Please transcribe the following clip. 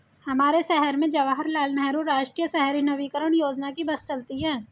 हमारे शहर में जवाहर लाल नेहरू राष्ट्रीय शहरी नवीकरण योजना की बस चलती है